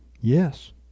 Yes